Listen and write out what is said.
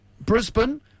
Brisbane